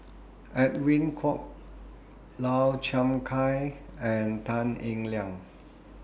Edwin Koek Lau Chiap Khai and Tan Eng Liang